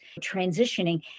transitioning